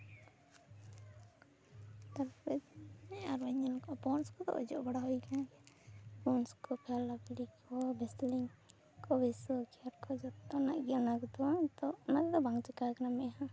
ᱛᱟᱨᱯᱚᱨᱮ ᱟᱨᱚᱧ ᱧᱮᱞ ᱠᱚᱟ ᱯᱚᱱᱰᱥ ᱠᱚᱠᱚ ᱚᱡᱚᱜ ᱵᱟᱲᱟ ᱦᱩᱭ ᱠᱟᱱᱟ ᱯᱚᱱᱰᱥ ᱠᱚ ᱯᱷᱮᱭᱟᱨ ᱞᱟᱵᱞᱤ ᱠᱚ ᱵᱷᱮᱥᱞᱤᱱ ᱠᱚ ᱠᱚ ᱡᱚᱛᱚᱱᱟᱜ ᱜᱮ ᱚᱱᱟ ᱠᱚᱫᱚ ᱟᱫᱚ ᱚᱱᱟ ᱠᱚᱫᱚ ᱵᱟᱝ ᱪᱮᱠᱟᱣ ᱠᱟᱱᱟ ᱢᱮᱫᱼᱦᱟᱸ